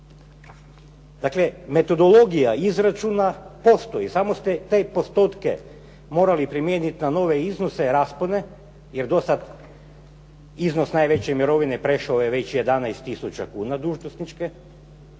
Dakle, metodologija izračuna postoji, samo ste te postotke morali primijeniti na nove iznose, raspone jer do sad iznos najveće mirovine prešao je već 11 000 kuna, dužnosničke